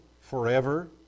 forever